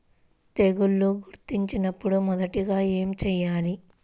తెగుళ్లు గుర్తించినపుడు మొదటిగా ఏమి చేయాలి?